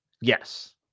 Yes